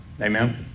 Amen